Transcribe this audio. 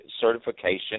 certification